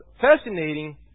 fascinating